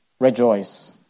Rejoice